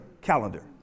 calendar